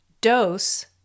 DOSE